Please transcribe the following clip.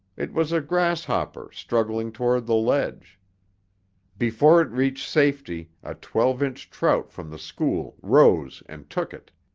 it was a grasshopper struggling toward the ledge before it reached safety, a twelve-inch trout from the school rose and took it.